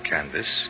Canvas